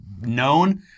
known